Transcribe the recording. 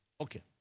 Okay